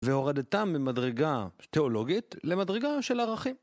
והורדתם ממדרגה תיאולוגית למדרגה של ערכים.